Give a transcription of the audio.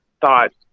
thought